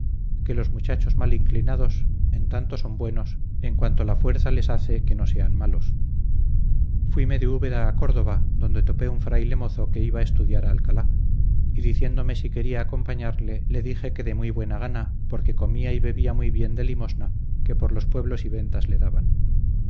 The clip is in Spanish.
que los muchachos mal inclinados en tanto son buenos en cuanto la fuerza les hace que no sean malos fuime de úbeda a córdoba donde topé un fraile mozo que iba a estudiar a alcalá y diciéndome si quería acompañarle le dije que de muy buena gana porque comía y bebía muy bien de limosna que por los pueblos y ventas le daban